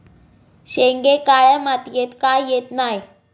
शेंगे काळ्या मातीयेत का येत नाय?